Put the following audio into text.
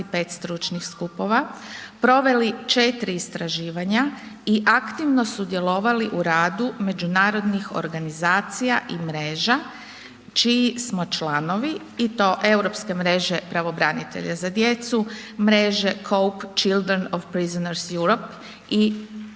25 stručnih skupova, proveli 4 istraživanja i aktivno sudjelovali u radu međunarodnih organizacija i mreža čiji smo članovi i to Europske mreže pravobranitelja za djecu, mreže COPE – Children of Prisoners Europe i